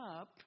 up